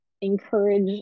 encourage